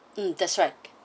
mm that's right